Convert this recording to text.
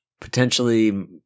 Potentially